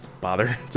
bother